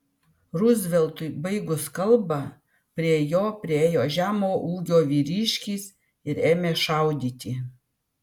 ruzveltui baigus kalbą prie jo priėjo žemo ūgio vyriškis ir ėmė šaudyti